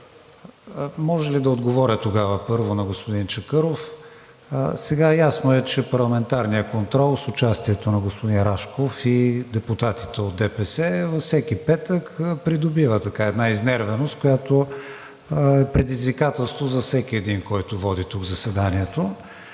Може ли да отговоря тогава, първо, на господин Чакъров. Ясно е, че парламентарният контрол с участието на господин Рашков и депутатите от ДПС във всеки петък придобива една изнервеност, която е предизвикателство за всеки един, който води тук заседанието.